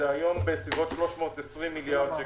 והיום זה בסביבות 320 מיליארד שקל.